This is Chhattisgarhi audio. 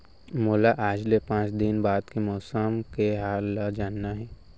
मोला आज ले पाँच दिन बाद के मौसम के हाल ल जानना हे?